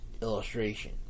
illustration